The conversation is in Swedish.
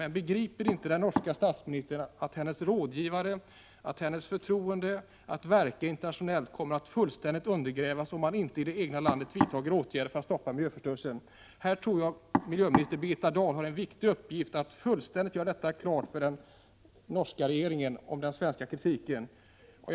Men begriper inte den norska statsministern och hennes rådgivare att hennes förtroende att verka internationellt kommer att fullständigt undergrävas, om man inte i det egna landet vidtar åtgärder för att stoppa miljöförstörelsen? Här tror jag att miljöminister Birgitta Dahl har en viktig uppgift. Hon måste klargöra för den norska regeringen innebörden i den svenska kritiken mot de norska utsläppen.